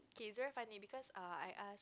it's very funny because err I ask